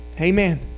Amen